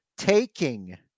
taking